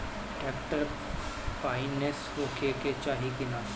Tractor पाईनेस होखे के चाही कि ना?